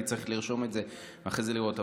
צריך לרשום את זה אחרי זה כדי לראות.